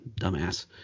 dumbass